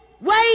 wait